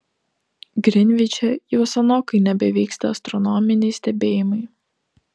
grinviče jau senokai nebevyksta astronominiai stebėjimai